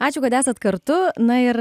ačiū kad esat kartu na ir